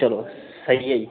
ਚਲੋ ਸਹੀ ਹੈ ਜੀ